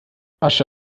asche